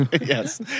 Yes